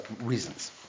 reasons